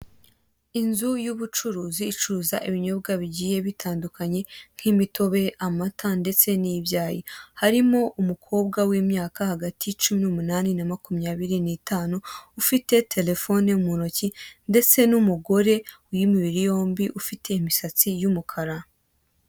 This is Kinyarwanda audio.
Inzu y'ubucuruzi icuruza ibinyobwa bigiye bitandukanye, nk'imitobe, amata, ndetse n'ibyayi. Harimo umukobwa w'imyaka hagati cumi n'umunani na makumyabiri n'itanu, ufite telefoni mu ntoki ndetse n'umugore w'imibiri yombi ufite imisatsi y'umukara.